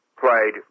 played